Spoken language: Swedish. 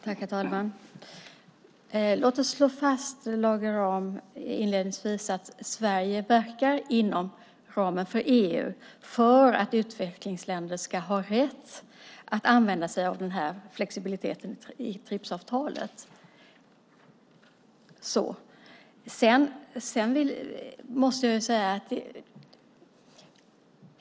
Herr talman! Låt oss, Lage Rahm, slå fast att Sverige inom ramen för EU verkar för att utvecklingsländer ska ha rätt att använda sig av flexibiliteten i TRIPS-avtalet.